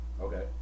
Okay